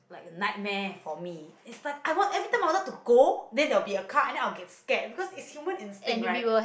nightmare for me is like I want every time I wanted to go then there will be a car and then I will get scared because it's human instinct right